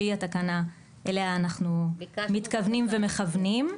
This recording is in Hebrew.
שהיא התקנה אליה אנחנו מתכוונים ומכוונים.